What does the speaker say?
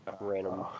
random